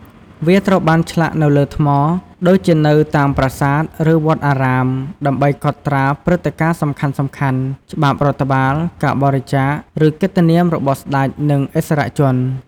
វាត្រូវបានឆ្លាក់នៅលើថ្ម ដូចជានៅតាមប្រាសាទ ឬវត្តអារាម ដើម្បីកត់ត្រាព្រឹត្តិការណ៍សំខាន់ៗ ច្បាប់រដ្ឋបាល ការបរិច្ចាគ ឬកិត្តិនាមរបស់ស្ដេច និងឥស្សរជន។